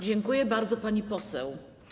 Dziękuję bardzo, pani poseł.